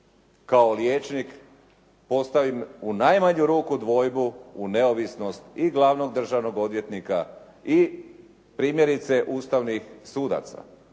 kao liječnik postavim u najmanju ruku dvojbu u neovisnost i glavnog državnog odvjetnika i primjerice ustavnih sudaca.